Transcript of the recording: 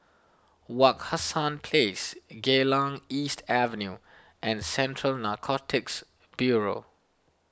Wak Hassan Place Geylang East Avenue and Central Narcotics Bureau